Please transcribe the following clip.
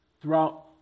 Throughout